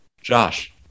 Josh